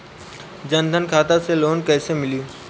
जन धन खाता से लोन कैसे मिली?